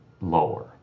lower